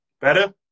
Better